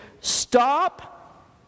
stop